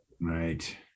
right